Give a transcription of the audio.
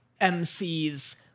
MCs